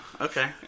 Okay